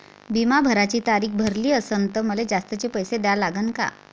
बिमा भराची तारीख भरली असनं त मले जास्तचे पैसे द्या लागन का?